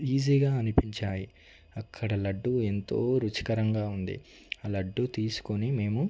ఈజీగా అనిపించాయి అక్కడ లడ్డూ ఎంతో రుచికరంగా ఉంది లడ్డూ తీసుకుని మేము